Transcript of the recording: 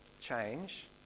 change